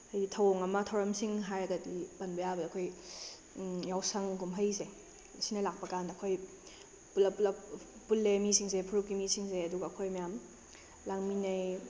ꯍꯥꯏꯗꯤ ꯊꯧꯑꯣꯡ ꯑꯃ ꯊꯧꯔꯝꯁꯤꯡ ꯍꯥꯏꯔꯒꯗꯤ ꯄꯟꯕ ꯌꯥꯕꯗ ꯑꯩꯈꯣꯏ ꯌꯥꯎꯁꯪ ꯀꯨꯝꯍꯩꯁꯦ ꯑꯁꯤꯅ ꯂꯥꯛꯄ ꯀꯥꯟꯗ ꯑꯩꯈꯣꯏ ꯄꯨꯂꯞ ꯄꯨꯂꯞ ꯄꯨꯜꯂꯦ ꯃꯤꯁꯤꯡꯁꯦ ꯐꯨꯔꯨꯞꯀꯤ ꯃꯤꯁꯤꯡꯁꯦ ꯑꯗꯨꯒ ꯑꯩꯈꯣꯏꯅ ꯃꯌꯥꯝ ꯂꯥꯡꯃꯤꯟꯅꯩ